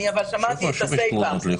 אני שמעתי את הסיפה.